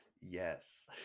yes